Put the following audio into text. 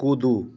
कूदू